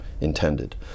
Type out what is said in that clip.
intended